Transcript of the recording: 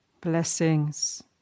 blessings